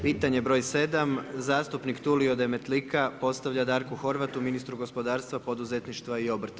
Pitanje br. 7. zastupnik Tulio Demetlika postavlja Darku Horvatu, ministru gospodarstva, poduzetništva i obrta.